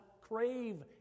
crave